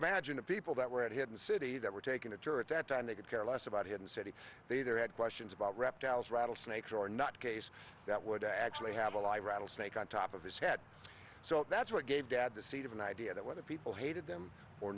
imagine the people that were at hidden city that were taking a tour at that time they could care less about hidden city they either had questions about reptiles rattlesnakes or not case that would actually have a live rattlesnake on top of his head so that's what gave dad the seed of an idea that when the people hated them or